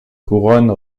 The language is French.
couronne